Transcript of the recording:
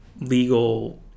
legal